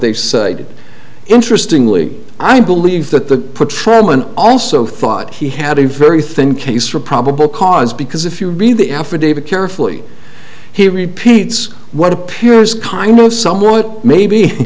did interestingly i believe that the patrolman also thought he had a very thin case for probable cause because if you read the affidavit carefully he repeats what appears kind of somewhat maybe